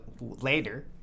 later